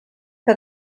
que